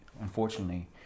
unfortunately